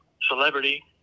celebrity